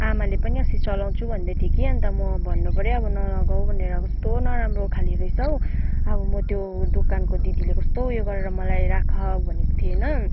आमाले पनि अस्ति चलाउँछु भन्दै थियो कि अन्त म भन्नु पऱ्यो हौ अब नलगाऊ भनेर कस्तो नराम्रो खाले रहेछ हौ अब म त्यो दोकानको दिदीले कस्तो उयो गरेर मलाई राख भनेको थियो होइन